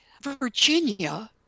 Virginia